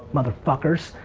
motherfuckers.